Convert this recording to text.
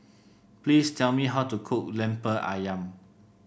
please tell me how to cook lemper ayam